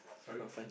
sorry